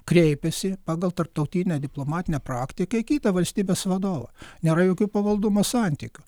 kreipėsi pagal tarptautinę diplomatinę praktiką į kitą valstybės vadovą nėra jokių pavaldumo santykių